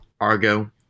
Argo